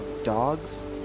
dogs